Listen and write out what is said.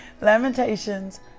Lamentations